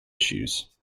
issues